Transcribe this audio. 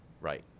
Right